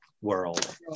world